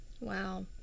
Wow